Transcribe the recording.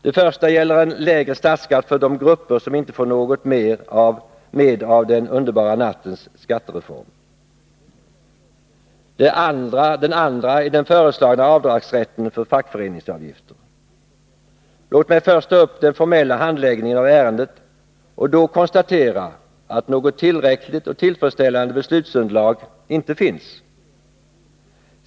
Det första gäller en lägre statsskatt för de grupper som inte får något med av ”den underbara nattens” skattereform. Det andra gäller avdragsrätten för fackföreningsavgifter. Låt mig första ta upp den formella handläggningen av ärendet, och då konstatera att något tillräckligt och tillfredsställande beslutsunderlag inte finns.